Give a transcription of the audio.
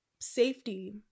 safety